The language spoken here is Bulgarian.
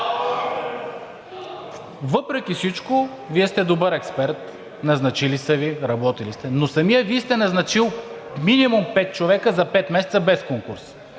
Въпреки всичко Вие сте добър експерт, назначили са Ви, работили сте, но самият Вие сте назначили минимум пет човека за пет месеца без конкурс.